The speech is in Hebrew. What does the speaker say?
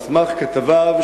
על סמך כתביו,